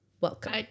welcome